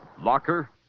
Locker